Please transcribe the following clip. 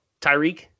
Tyreek